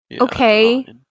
Okay